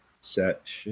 set